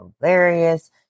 hilarious